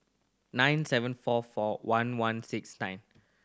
nine seven four four one one six nine